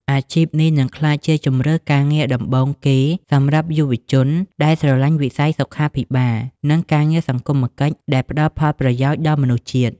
អាជីពនេះនឹងក្លាយជាជម្រើសការងារដំបូងគេសម្រាប់យុវជនដែលស្រឡាញ់វិស័យសុខាភិបាល និងការងារសង្គមកិច្ចដែលផ្តល់ផលប្រយោជន៍ដល់មនុស្សជាតិ។